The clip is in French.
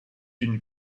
une